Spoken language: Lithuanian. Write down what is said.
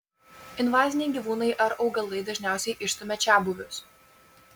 invaziniai gyvūnai ar augalai dažniausiai išstumia čiabuvius